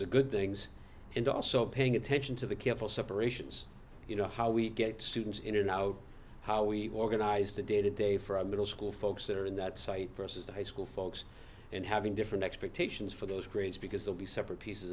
the good things and also paying attention to the careful separations you know how we get students in and out how we organize to day to day for a middle school folks that are in that site versus the high school folks and having different expectations for those grades because they'll be separate pieces